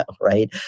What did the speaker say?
right